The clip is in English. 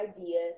idea